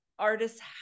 Artists